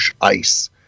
Ice